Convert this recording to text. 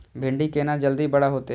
भिंडी केना जल्दी बड़ा होते?